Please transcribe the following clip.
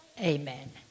Amen